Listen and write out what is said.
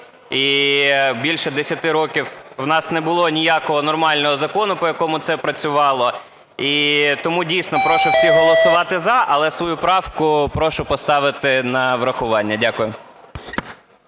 і більше 10 років у нас не було ніякого нормального закону, по якому це працювало. І тому, дійсно, прошу всіх голосувати "за", але свою правку прошу поставити на врахування. Дякую.